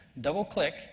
double-click